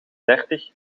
dertig